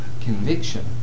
conviction